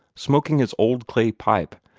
smoking his old clay pipe,